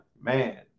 man